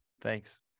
thanks